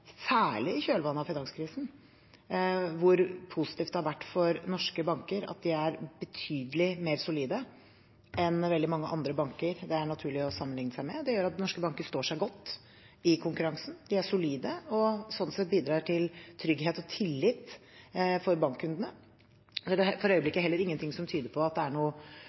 har vært for norske banker at de er betydelig mer solide enn veldig mange andre banker det er naturlig å sammenligne seg med. Det gjør at norske banker står seg godt i konkurransen, de er solide og sånn sett bidrar til trygghet og tillit for bankkundene. Det er for øyeblikket heller ingenting som tyder på at det er